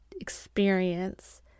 experience